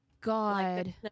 God